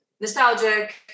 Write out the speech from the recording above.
nostalgic